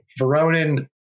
Veronin